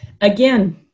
Again